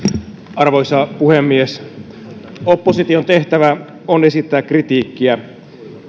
arvoisa puhemies opposition tehtävä on esittää kritiikkiä